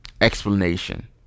explanation